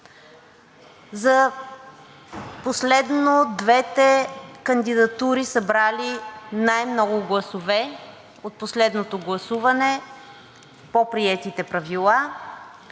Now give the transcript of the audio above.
за последно двете кандидатури, събрали най-много гласове от последното гласуване по приетите правила